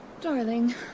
Darling